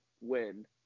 win